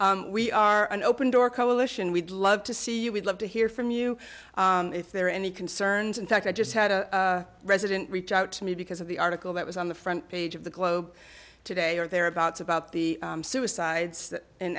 we are an open door coalition we'd love to see you we'd love to hear from you if there are any concerns in fact i just had a resident reach out to me because of the article that was on the front page of the globe today or thereabouts about the suicides in